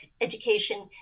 education